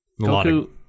Goku